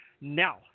Now